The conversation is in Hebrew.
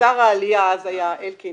כששר העלייה, אז היה אלקין